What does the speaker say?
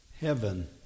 heaven